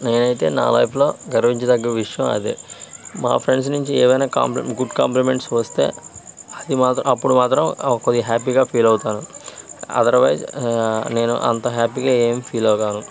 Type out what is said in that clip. నేనైతే నా లైఫ్లో గర్వించతగ్గ విషయం అదే మా ఫ్రెండ్స్ నుంచి ఏమైనా కాంప్లిమెం గుడ్ కాంప్లిమెంట్స్ వస్తే అదిమా అప్పుడు మాత్రం కొంచెం హ్యాపీగా ఫీల్ అవుతాను అథర్వైజ్ నేను అంత హ్యాపీగా ఏం ఫీల్ కాను